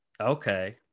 Okay